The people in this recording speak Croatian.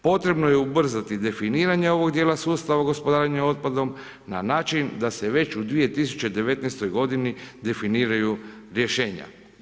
Potrebno je ubrzati definiranje ovog dijela sustava gospodarenja otpadom, na način, da se već u 2019. .g definiraju rješenja.